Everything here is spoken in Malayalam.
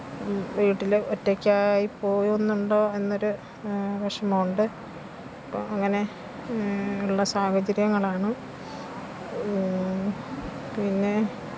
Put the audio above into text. വീട്ടിൽ ഒറ്റയ്ക്കായി പോകുന്നുണ്ടോ എന്നൊരു വിഷമം ഉണ്ട് അപ്പം അങ്ങനെ ഉള്ള സാഹചര്യങ്ങളാണ് പിന്നെ